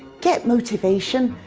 get motivation,